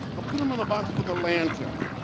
ah put them in the box with a lantern,